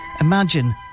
Imagine